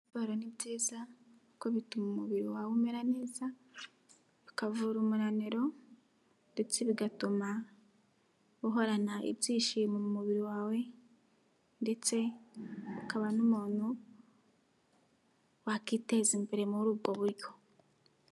Siporo ni nziza kuko bituma umubiri wawe umera neza, ukavura umunaniro ndetse bigatuma uhorana ibyishimo mu mubiri wawe ndetse ukaba n'umuntu wakiteza imbere muri ubwo buryo.